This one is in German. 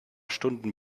stunden